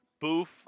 Boof